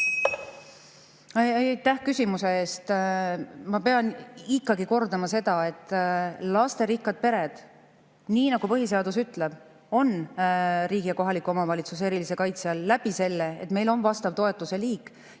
Aitäh küsimuse eest! Ma pean ikkagi kordama seda, et lasterikkad pered, nii nagu põhiseadus ütleb, on riigi ja kohaliku omavalitsuse erilise kaitse all sellega, et meil on vastav toetuseliik.